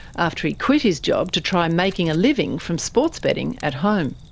after he quit his job to try making a living from sports betting at home.